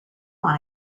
want